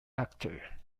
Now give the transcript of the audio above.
actor